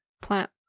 plant